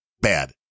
bad